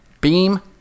Beam